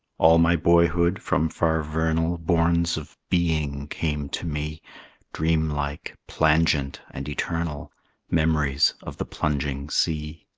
all my boyhood, from far vernal bourns of being, came to me dream-like, plangent, and eternal memories of the plunging sea.